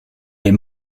les